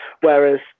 Whereas